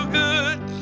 good